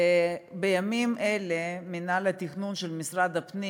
בימים אלה מינהל התכנון של משרד הפנים